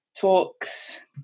talks